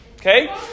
Okay